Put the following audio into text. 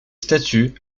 statues